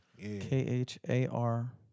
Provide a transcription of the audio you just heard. K-H-A-R